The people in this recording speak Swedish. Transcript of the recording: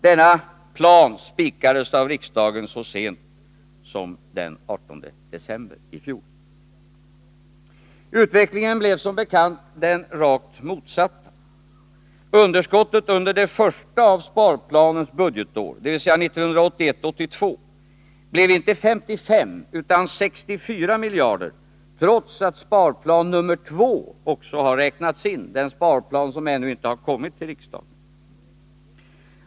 Denna plan spikades av riksdagen så sent som den 18 december i fjol. Utvecklingen blev som bekant den rakt motsatta. Underskottet under det första av sparplanens budgetår, dvs. 1981/82, blir inte 55 utan 64 miljarder, trots att sparplan nr 2 också räknats in, den sparplan som ännu inte har kommit till riksdagen.